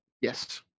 Yes